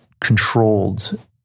controlled